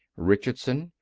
richardson,